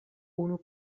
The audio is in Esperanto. unu